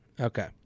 okay